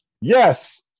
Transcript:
yes